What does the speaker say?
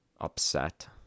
upset